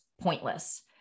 pointless